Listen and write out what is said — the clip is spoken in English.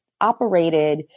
operated